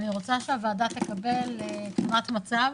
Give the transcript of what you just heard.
אני רוצה שהוועדה תקבל תמונת מצב